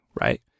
right